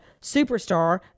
superstar